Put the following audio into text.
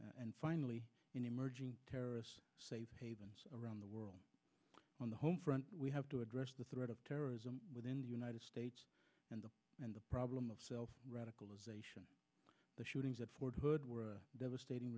and finally in emerging terrorist safe havens around the world on the home front we have to address the threat of terrorism within the united states and and the problem of self radicalization the shootings at fort hood were devastating